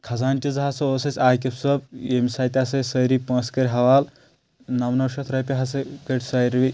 خَزانٛچہ ہسا اوس اسہِ عاقب صوب ییٚمِس ہَتھۍ ہسا اسہِ سٲری پونٛسہٕ کٔرۍ حوال نَو نَو شٮ۪تھ رۄپیہِ ہسا کٔڑۍ ساروٕے